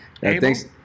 Thanks